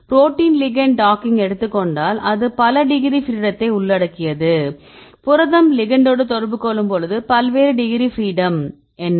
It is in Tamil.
புரோட்டீன் லிகெண்ட் டாக்கிங் எடுத்துக் கொண்டால் அது பல டிகிரி ஃப்ரீடத்தை உள்ளடக்கியது புரதம் லிகண்டோடு தொடர்பு கொள்ளும்போது பல்வேறு டிகிரி ஃப்ரீடம் என்ன